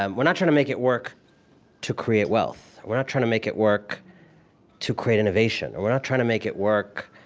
um we're not trying to make it work to create wealth. we're not trying to make it work to create innovation. we're not trying to make it work